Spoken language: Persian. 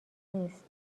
نیست